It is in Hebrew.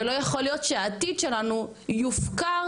ולא יכול להיות שהעתיד שלנו יופקר,